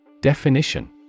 Definition